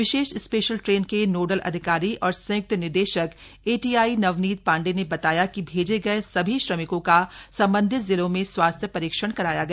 विशेष special train के nodal अधिकारी और संयुक्त निदेशक एटीआई नवनीत पाण्डे ने बताया कि भेजे गये सभी श्रमिकों का सम्बन्धित जिलों में स्वास्थ्य परीक्षण कराया गया